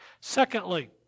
Secondly